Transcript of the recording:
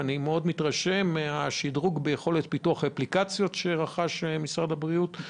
אני מאוד מתרשם מהשדרוג ביכולת פיתוח האפליקציות שמשרד הבריאות רכש.